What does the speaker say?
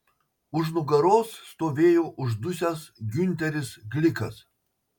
už nugaros stovėjo uždusęs giunteris glikas